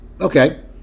Okay